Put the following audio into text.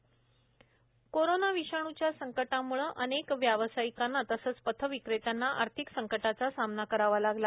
पंतप्रधान पथविक्रेता कोरोना विषाणूच्या संकटामुळे अनेक व्यावसायिकांना तसंच पथविक्रेत्यांना आर्थिक संकटाचा सामना करावा लागला